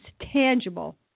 tangible